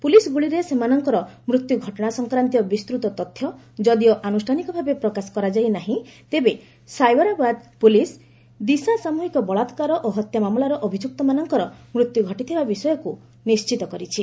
police ଗୁଳିରେ ସେମାନଙ୍କର ମୃତ୍ୟୁ ଘଟଣା ସଂକ୍ରାନ୍ତୀୟ ବିସ୍ତୂତ ତଥ୍ୟ ଯଦିଓ ଆନୁଷ୍ଠାନିକ ଭାବେ ପ୍ରକାଶ କରାଯାଇ ନାହିଁ ତେବେ ସାଇବରାବାଦ ପୋଲିସ୍ ଦିଶା ସାମୃହିକ ବଳାକାର ଓ ହତ୍ୟା ମାମଲାର ଅଭିଯୁକ୍ତମାନଙ୍କର ମୃତ୍ୟୁ ଘଟିଥିବା ବିଷୟକୁ ନିଶ୍ଚିତ କରିଛି